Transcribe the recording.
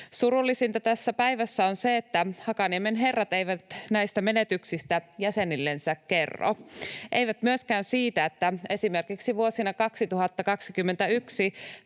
Surullisinta tässä päivässä on se, että Hakaniemen herrat eivät näistä menetyksistä jäsenillensä kerro, eivät myöskään siitä, että esimerkiksi vuosina 2021—22